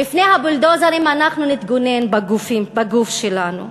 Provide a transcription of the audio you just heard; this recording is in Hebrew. בפני הבולדוזרים אנחנו נתגונן בגוף שלנו.